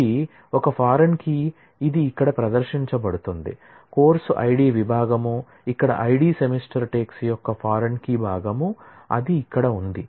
ఇది ఒక foreign key ఇది ఇక్కడ ప్రదర్శించబడుతుంది కోర్సు ID విభాగం ఇక్కడ ID సెమిస్టర్ టేక్స్ యొక్క ఫారిన్ కీ భాగం అది ఇక్కడ ఉంది